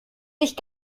dich